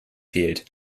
fehlt